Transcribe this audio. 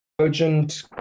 urgent